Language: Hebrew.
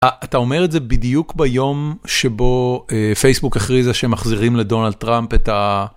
אתה אומר את זה בדיוק ביום שבו פייסבוק הכריזה שמחזירים לדונלד טראמפ את ה...